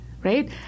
right